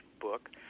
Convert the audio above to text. book